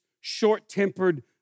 short-tempered